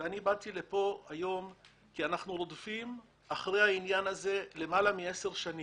אני חושב שחברי הכנסת צריכים לחשוב גם על האספקט הזה.